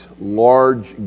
large